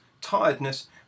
tiredness